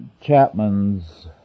Chapman's